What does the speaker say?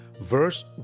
verse